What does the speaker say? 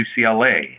UCLA